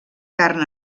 carn